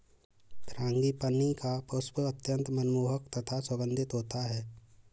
frangipani का पुष्प अत्यंत मनमोहक तथा सुगंधित होता है